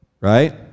right